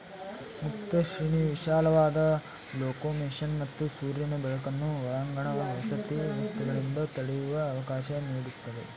ಮುಕ್ತ ಶ್ರೇಣಿಯು ವಿಶಾಲವಾದ ಲೊಕೊಮೊಷನ್ ಮತ್ತು ಸೂರ್ಯನ ಬೆಳಕನ್ನು ಒಳಾಂಗಣ ವಸತಿ ವ್ಯವಸ್ಥೆಗಳಿಂದ ತಡೆಯುವ ಅವಕಾಶ ನೀಡ್ತವೆ